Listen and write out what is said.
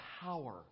power